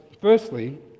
Firstly